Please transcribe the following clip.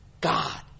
God